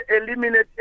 eliminate